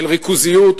של ריכוזיות,